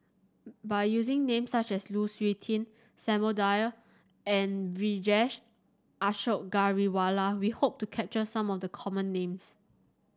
by using names such as Lu Suitin Samuel Dyer and Vijesh Ashok Ghariwala we hope to capture some of the common names